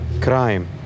crime